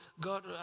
God